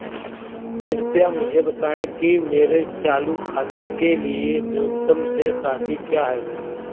कृपया मुझे बताएं कि मेरे चालू खाते के लिए न्यूनतम शेष राशि क्या है?